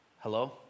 Hello